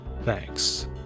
Thanks